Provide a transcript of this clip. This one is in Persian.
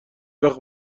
وقت